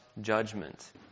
judgment